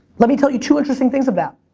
let me tell you two interesting things of that.